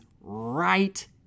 right